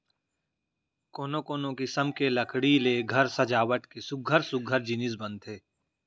कोनो कोनो किसम के लकड़ी ले घर सजावट के सुग्घर सुग्घर जिनिस बनथे